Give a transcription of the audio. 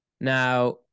Now